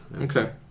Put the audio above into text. Okay